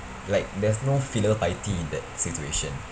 like there's no filial piety in that situation